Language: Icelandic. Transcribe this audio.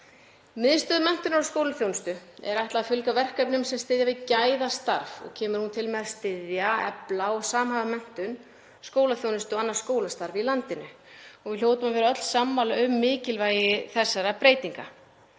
Miðstöð menntunar og skólaþjónustu er ætlað að sinna verkefnum sem styðja við gæðastarf og kemur hún til með að styðja, efla og samhæfa menntun, skólaþjónustu og annað skólastarf í landinu. Við hljótum að vera öll sammála um mikilvægi þessara breytinga.